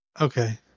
Okay